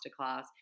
masterclass